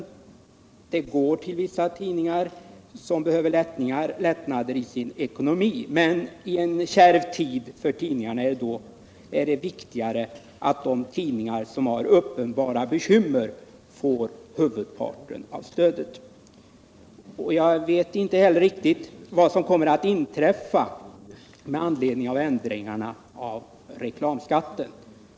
Hjälpen går till vissa Tisdagen den tidningar som behöver ekonomiska lättnader, men i en för tidningarna 13 december 1977 kärv tid är det viktigare att de tidningar som har uppenbara bekymmer får huvudparten av stödet. Ökat stöd till Jag vet inte heller riktigt vad som kommer att inträffa till följd av dagspressen m.m. ändringarna av reklamskatten.